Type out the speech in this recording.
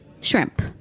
shrimp